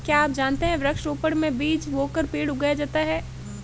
क्या आप जानते है वृक्ष रोपड़ में बीज बोकर पेड़ उगाया जाता है